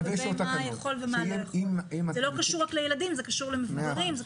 זה לא קשור רק לילדים אלא זה לגבי כלל האוכלוסייה.